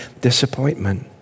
disappointment